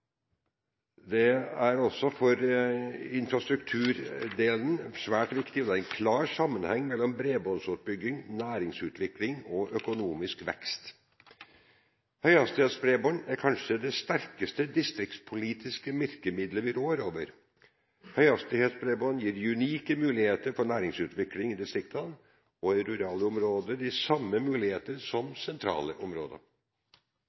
Det er også for infrastrukturens del svært viktig, og det er en klar sammenheng mellom bredbåndsutbygging, næringsutvikling og økonomisk vekst. Høyhastighetsbredbånd er kanskje det sterkeste distriktspolitiske virkemidlet vi rår over. Høyhastighetsbredbånd gir unike muligheter for næringsutvikling i distriktene, og gir rurale områder de samme